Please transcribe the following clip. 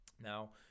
Now